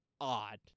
odd